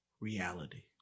reality